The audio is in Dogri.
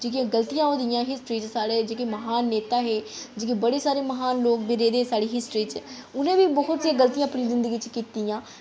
जेह्कियां गल्तियां होदियां हिस्ट्री च साढे़ जेह्के म्हान नेता हे जेह्के बड़े सारे म्हान लोक जेह्ड़े बी रेह्दे साढ़ी हिस्ट्री च उ'नें बी बहुत सारी गल्तियां जिंदगी च कीतियां